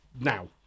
now